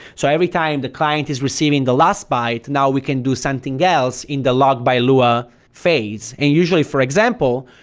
so every time the client is receiving the last byte, now we can do something else in the log by lua phase. and usually, for example,